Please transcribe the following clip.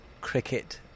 cricket